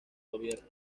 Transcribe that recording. gobierno